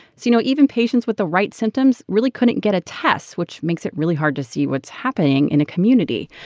you know, even patients with the right symptoms really couldn't get a test, which makes it really hard to see what's happening in a community.